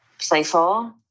playful